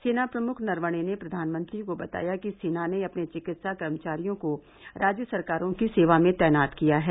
सेना प्रमुख नरवणे ने प्रधानमंत्री को बताया कि सेना ने अपने चिकित्सा कर्मचारियों को राज्य सरकारों की सेवा में तैनात किया है